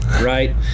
Right